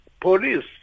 police